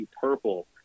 Purple